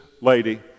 lady